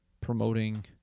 promoting